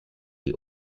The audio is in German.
die